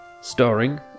Starring